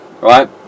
right